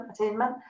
attainment